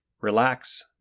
relax